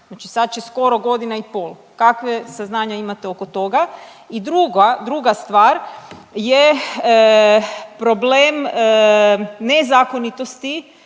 Znači sad će skoro godina i pol. Kakva saznanja imate oko toga? I druga stvar je problem nezakonitosti